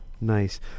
Nice